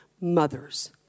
mothers